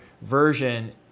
version